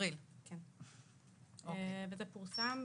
זה פורסם.